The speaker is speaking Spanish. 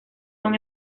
son